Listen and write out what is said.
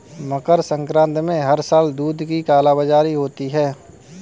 मकर संक्रांति में हर साल दूध की कालाबाजारी होती है